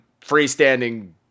freestanding